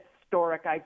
historic